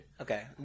Okay